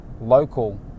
local